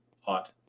hot